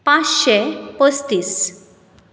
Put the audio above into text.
पांचशें पस्तीस